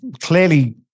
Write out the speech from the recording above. clearly